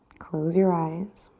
close your eyes.